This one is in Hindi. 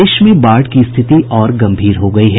प्रदेश में बाढ़ की स्थिति और गंभीर हो गयी है